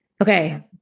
Okay